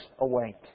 await